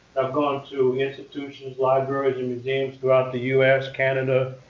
i've gone to institutions, libraries, and museums throughout the us, canada,